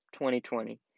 2020